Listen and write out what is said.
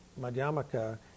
Madhyamaka